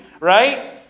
right